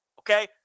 okay